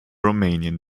romanian